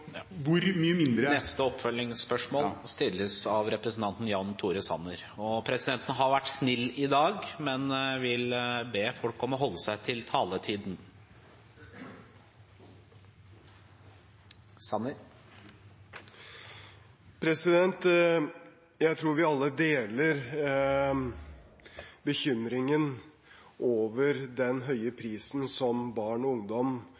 Presidenten har vært snill i dag, men vil be folk om å holde seg til taletiden. Jan Tore Sanner – til oppfølgingsspørsmål. Jeg tror vi alle deler bekymringen over den høye prisen som barn og ungdom